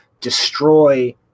destroy